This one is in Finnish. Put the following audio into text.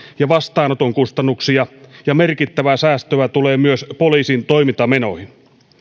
ja vastaanoton kustannuksia ja merkittävää säästöä tulee myös poliisin toimintamenoihin